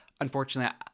unfortunately